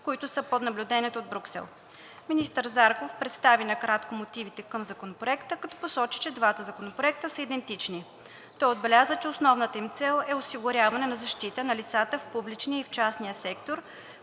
които са под наблюдение от Брюксел. Министър Зарков представи накратко мотивите към Законопроекта, като посочи, че двата законопроекта са идентични. Той отбеляза, че основната им цел е осигуряване на защита на лицата в публичния и в частния сектор,